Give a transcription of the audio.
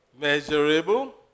measurable